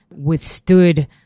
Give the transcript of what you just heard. withstood